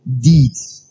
deeds